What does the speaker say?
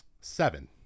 Seven